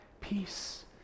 peace